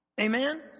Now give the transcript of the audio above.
Amen